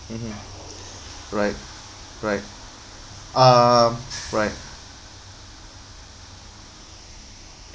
mmhmm right right uh right